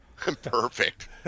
Perfect